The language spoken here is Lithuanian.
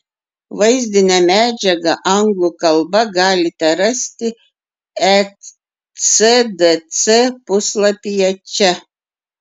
vaizdinę medžiagą anglų kalba galite rasti ecdc puslapyje čia